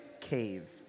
cave